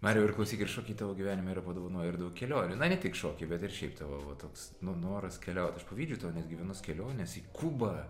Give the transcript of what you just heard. mariau ir klausyk ir šokiai tavo gyvenime yra padovanoję ir daug kelionių na ne tik šokiai bet ir šiaip tavo va toks nu noras keliaut aš pavydžiu tau netgi vienos kelionės į kubą